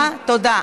תודה, תודה.